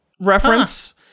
reference